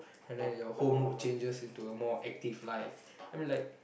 and then your whole mood changes into a more active life